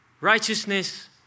righteousness